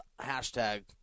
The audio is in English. hashtag